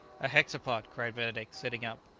a hexapod! cried benedict, sitting up.